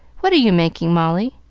what are you making, molly?